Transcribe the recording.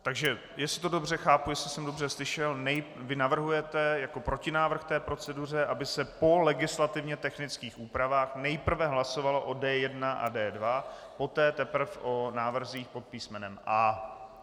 Takže jestli to dobře chápu, jestli jsem dobře slyšel, vy navrhujete jako protinávrh té proceduře, aby se po legislativně technických úpravách nejprve hlasovalo o D1 a D2, poté teprve o návrzích pod písmenem A.